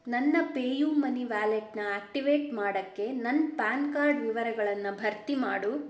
ನನ್ನ PayU money ವ್ಯಾಲೆಟ್ನ activate ಮಾಡಕ್ಕೆ ನನ್ನ ಪ್ಯಾನ್ ಕಾರ್ಡ್ ವಿವರಗಳನ್ನು ಭರ್ತಿ ಮಾಡು